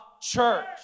church